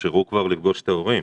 שיאפשרו כבר לפגוש את ההורים,